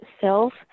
self